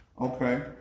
okay